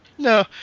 No